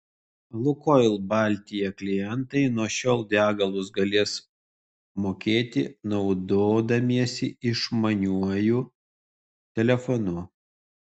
lukoil baltija klientai nuo šiol degalus galės mokėti naudodamiesi išmaniuoju telefonu